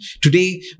Today